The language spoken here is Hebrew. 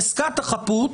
חזקת החפות,